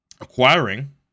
acquiring